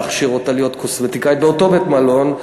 להכשיר אותה להיות קוסמטיקאית באותו בית-מלון,